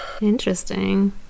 interesting